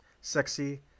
sexy